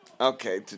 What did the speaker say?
Okay